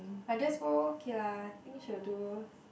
but just go k lah think she will do